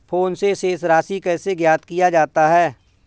Phone से शेष राशि कैसे ज्ञात किया जाता है?